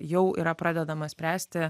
jau yra pradedamas spręsti